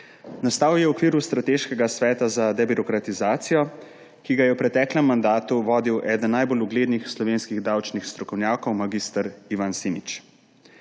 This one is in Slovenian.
Nastal je v okviru Strateškega sveta za debirokratizacijo, ki ga je v preteklem mandatu vodil eden najbolj uglednih slovenskih davčnih strokovnjakov mag. Ivan Simič.